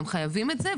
הם חייבים את זה.